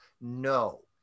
No